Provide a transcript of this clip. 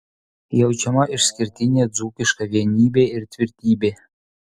jaučiama išskirtinė dzūkiška vienybė ir tvirtybė